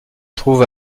trouve